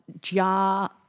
jar